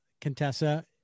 Contessa